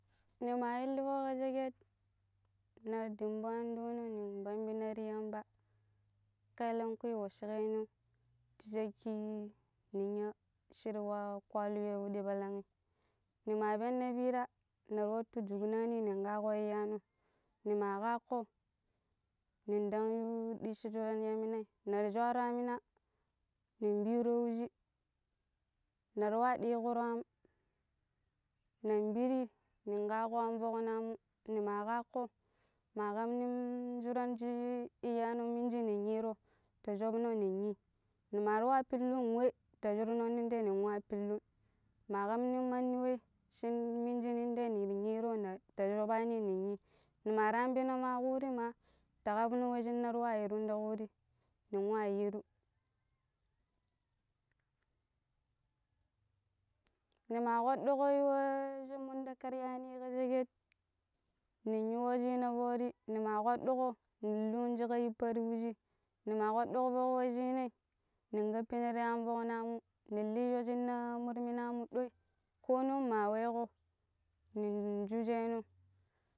ne ma illko ka sheket nan dimɓo an ɗoo no nan pomɓina ti yamba ƙaelenƙui woshi keeno ti shakki ninya shirwa kwalan ya pidi palangi. Ne ma penna pira nen watu jukee no nen kaaƙo iiyano ne ma kaaƙo nan dan yu dicci joro ni yamminai nen shwara amina nen piiro wji nera wa diikr am nen piri nen kaaƙuru an fok naamu mema kakko ma kam nen shurar shi iiyaano miniji nen yiiro ta shofno nen yi ne ma wa pillun we ta shofno nen de nen wa pillu ma kam nen mandi wei shi minji nen de nen yiiro ta shefani nen yi ne ma ra ma ambina fuuri ma ta kafno we shinda ruma yiirun ta ƙuuri nen wa yiinu ne ma kbaddu ko we shinda karyani ka sheƙet ne yu we shina foori ne ma kɓaɗɗuko nen luu sheƙet ye pan ti wujii ne ma kɓaɗɗo foƙ wushi nan kapina ti anguwamu ni lu ya shinna minamu doi ko non ma weeƙo nin ju weno